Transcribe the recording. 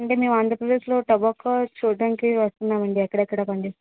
అంటే మేము ఆంధ్రప్రదేశ్లో టొబాకో చూడడానికి వస్తున్నాము అండి ఎక్కడెక్కడ పండి